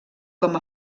com